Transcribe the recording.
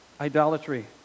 idolatry